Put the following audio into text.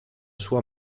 sua